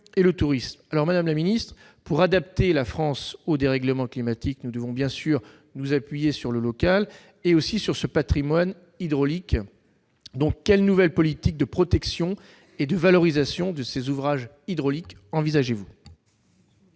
et le tourisme. Madame la ministre, pour adapter la France aux dérèglements climatiques, nous devons nous appuyer sur le local, mais aussi sur ce patrimoine hydraulique. Quelle nouvelle politique de protection et de valorisation des ouvrages hydrauliques envisagez-vous ?